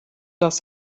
das